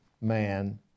man